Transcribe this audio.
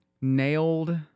nailed